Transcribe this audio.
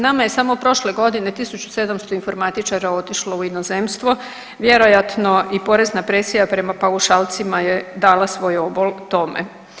Nama je samo prošle godine 1700 informatičara otišlo u inozemstvo, vjerojatno i porezna presija prema paušalcima je dala svoj obol tome.